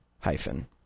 hyphen